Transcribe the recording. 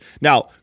Now